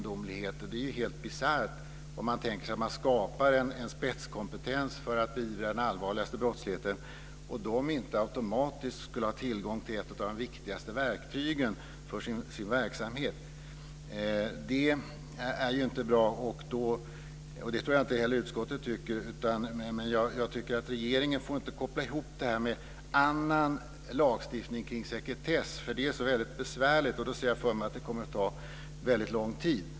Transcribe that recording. Det är helt bisarrt om man tänker sig att man skapar en spetskompetens för att beivra den allvarligaste brottsligheten och den sedan inte automatiskt skulle ha tillgång till ett av de viktigaste verktygen för sin verksamhet. Det är inte bra. Jag tror inte heller att utskottet tycker det. Regeringen får inte koppla ihop det med annan lagstiftning kring sekretess. Det är så besvärligt. Jag ser för mig att det kommer att ta lång tid.